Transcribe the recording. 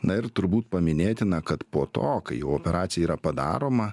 na ir turbūt paminėtina kad po to kai jau operacija yra padaroma